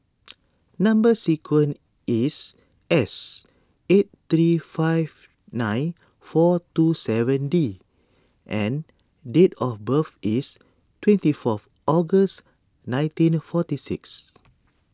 Number Sequence is S eight three five nine four two seven D and date of birth is twenty fourth August nineteen forty six